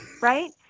right